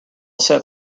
set